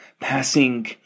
passing